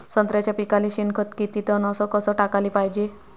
संत्र्याच्या पिकाले शेनखत किती टन अस कस टाकाले पायजे?